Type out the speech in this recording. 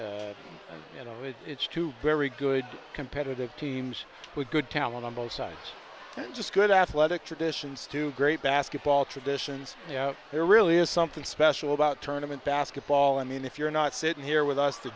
but you know it's two very good competitive teams with good talent on both sides just good athletic traditions two great basketball traditions you know there really is something special about tournaments basketball i mean if you're not sitting here with us the